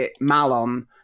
Malon